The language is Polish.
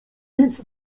więc